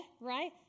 right